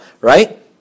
right